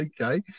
okay